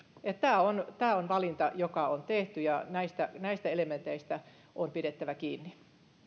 tämä on tämä on valinta joka on tehty ja näistä näistä elementeistä on pidettävä kiinni